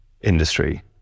industry